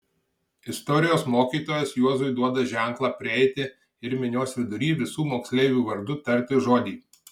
istorijos mokytojas juozui duoda ženklą prieiti ir minios vidury visų moksleivių vardu tarti žodį